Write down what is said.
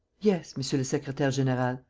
yes, monsieur le secretaire-general.